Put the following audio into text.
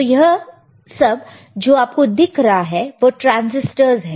तो यह सब जो आपको दिख रहा है वह ट्रांसिस्टर्स है